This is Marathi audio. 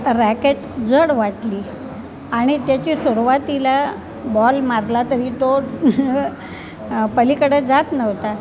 रॅकेट जड वाटली आणि त्याची सुरवातीला बॉल मारला तरी तो पलीकडे जात नव्हता